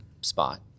spot